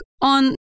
on